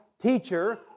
teacher